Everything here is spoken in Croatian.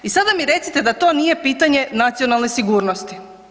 I sada mi recite da to nije pitanje nacionalne sigurnosti.